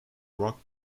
rock